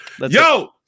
Yo